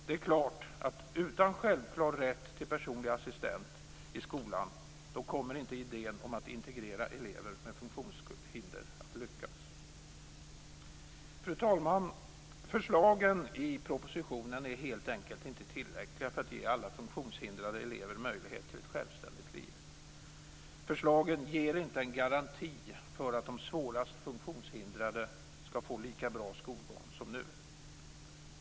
Det är klart att utan självklar rätt till personlig assistent i skolan kommer inte idén om att integrera elever med funktionshinder att lyckas. Fru talman! Förslagen i propositionen är helt enkelt inte tillräckliga för att ge alla funktionshindrade elever möjlighet till ett självständigt liv. Förslagen ger inte en garanti för att de svårast funktionshindrade ska få lika bra skolgång som nu.